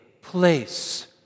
place